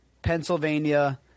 Pennsylvania